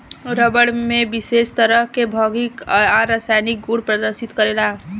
रबड़ में विशेष तरह के भौतिक आ रासायनिक गुड़ प्रदर्शित करेला